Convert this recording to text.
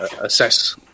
assess